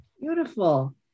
Beautiful